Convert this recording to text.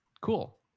Cool